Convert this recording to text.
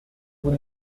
vous